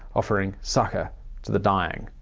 offering succor to the dying.